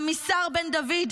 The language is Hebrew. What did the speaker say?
עמישר בן דוד,